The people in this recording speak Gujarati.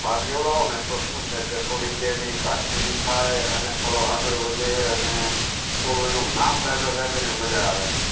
ભાગ લેવડાવો ને તો શું છે કે થોડીક એની કારકિર્દી થાય અને થોડો આગળ વધે અને થોડું એનું નામ થાય તો સાહેબ એને મજા આવે આમ